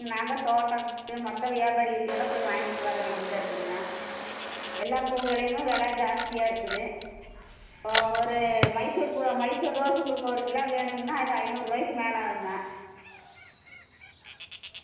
எல்லா ரேட்டுமே இப்போ அதிகம் விலைக்கு தான் விற்குதுங்க நாங்கள் தோட்டம் இருக்குது மொத்தம் வியாபாரி கிட்டே எல்லாம் போய் வாங்கிட்டு வர வேண்டியதாக இருக்குதுங்க எல்லாப் பூ விலையுமே விலை ஜாஸ்தியாக இருக்குது ஒரு மைசூர் பூ மைசூர் ரோஸ் உங்களுக்கு ஒரு கிலோ வேணுமுன்னால் அது ஐநூறுபாய்க்கு மேலே ஆகுங்க